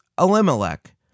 Elimelech